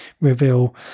reveal